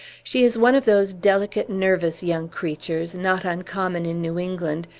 she is one of those delicate, nervous young creatures, not uncommon in new england,